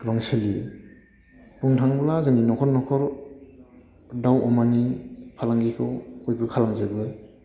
गोबां सोलियो बुंनो थाङोब्ला जोंनि न'खर न'खर दाउ अमानि फालांगिखौ बयबो खालामजोबो